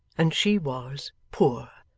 and she was poor.